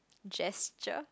gesture